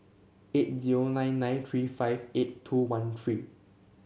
eight zero nine nine three five eight two one three